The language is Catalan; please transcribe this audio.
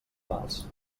mals